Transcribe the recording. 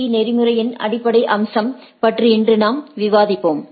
பீநெறிமுறையின் அடிப்படை அம்சம் பற்றி இன்று நாம் விவாதிப்போம்